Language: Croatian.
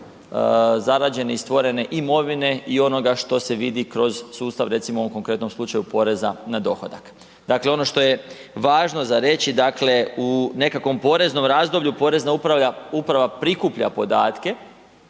zarađene i stvorene imovine i onoga što se vidi kroz sustav recimo u ovom konkretnom slučaju, porezan na dohodak. Dakle ono što je važno za reći, dakle u nekakvom poreznom razdoblju porezna uprava prikuplja podatke